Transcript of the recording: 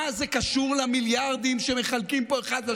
מה זה קשור למיליארדים שמחלקים פה אחד לשני?